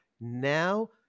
Now